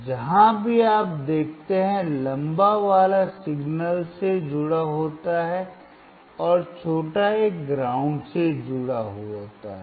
जहाँ भी आप देखते हैं लंबा वाला सिग्नल से जुड़ा होता है और छोटा एक ग्राउंड से जुड़ा होता है